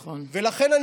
ולכן,